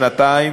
שנתיים,